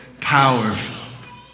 powerful